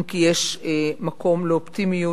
אם כי יש מקום לאופטימיות.